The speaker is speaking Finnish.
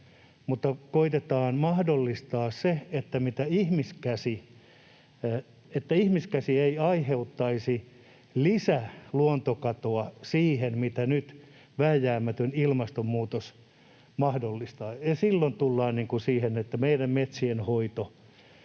Mutta koetetaan mahdollistaa se, että ihmiskäsi ei aiheuttaisi lisäluontokatoa siihen, mitä nyt vääjäämätön ilmastonmuutos mahdollistaa. Silloin tullaan siihen, että meidän metsienhoito